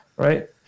Right